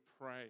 pray